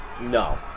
No